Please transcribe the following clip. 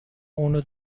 اونو